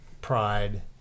pride